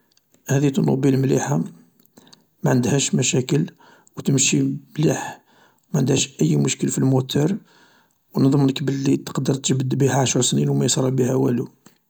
. هاذي طونوبيل مليحة ماعندهاش مشاكل و تمشي مليح معندهاش أي مشكل في الموتور و نضمنك بلي تقدر تجبد بيها عشر سنين و ما يصرا بيها والو.